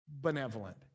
benevolent